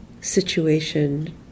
situation